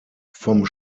vom